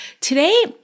Today